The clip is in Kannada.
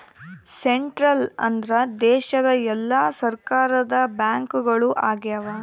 ಸೆಂಟ್ರಲ್ ಅಂದ್ರ ದೇಶದ ಎಲ್ಲಾ ಸರ್ಕಾರದ ಬ್ಯಾಂಕ್ಗಳು ಆಗ್ಯಾವ